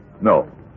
No